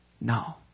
No